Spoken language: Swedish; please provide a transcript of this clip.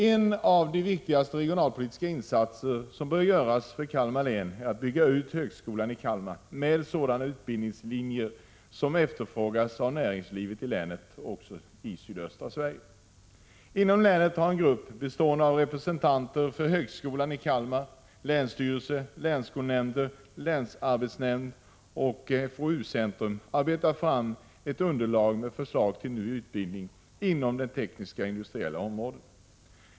En av de viktigaste regionalpolitiska insatser som bör göras för Kalmar län är att bygga ut högskolan i Kalmar med sådana utbildningslinjer som efterfrågas av näringslivet i länet och i sydöstra Sverige. Inom länet har en grupp bestående av representanter för högskolan i Kalmar, länsstyrelsen, länsskolnämnden, länsarbetsnämnden och FoU centrum arbetat fram ett underlag med förslag till nya utbildningar inom det teknisk-industriella området.